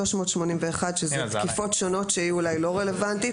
381 תקיפות שונות שאולי יהיו לא רלוונטיות.